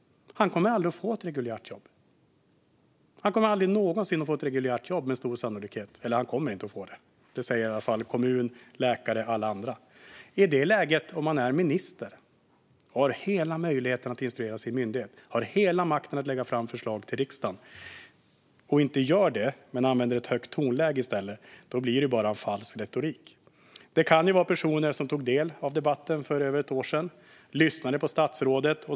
Han kommer aldrig någonsin att få ett reguljärt jobb. Det säger i varje fall kommunen, läkare och alla andra. Att i det läget om man är minister och har hela möjligheten att instruera sin myndighet, hela makten att lägga fram förslag till riksdagen, och inte gör det men använder ett högt tonläge i stället blir det bara falsk retorik. Det kan vara personer som tog del av debatten för över ett år sedan och lyssnade på statsrådet.